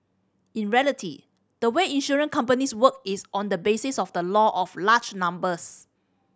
in reality the way insurance companies work is on the basis of the law of large numbers